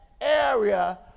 area